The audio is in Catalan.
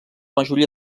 majoria